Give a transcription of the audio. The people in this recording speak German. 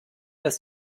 das